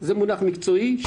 זה מונח מקצועי,